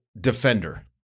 defender